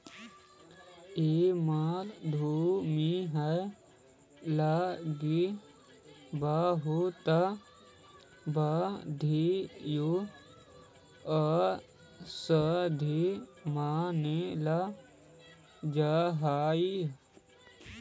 ई मधुमेह लागी बहुत बढ़ियाँ औषधि मानल जा हई